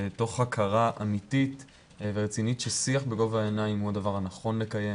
תוך הכרה אמיתית ורצינית ששיח בגובה העיניים הוא הדבר הנכון לקיים,